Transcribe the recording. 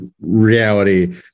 reality